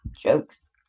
jokes